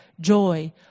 joy